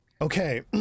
Okay